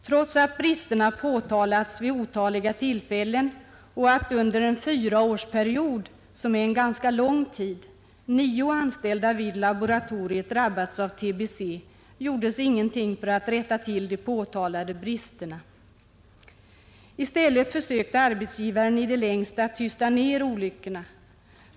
Trots att bristerna har påtalats vid otaliga tillfällen och trots att under en fyraårsperiod — som är en ganska lång tid — nio anställda vid laboratoriet drabbats av tbe har ingenting gjorts för att rätta till de påtalade bristerna. I stället försökte arbetsgivaren i det längsta tysta ned olyckorna.